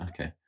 okay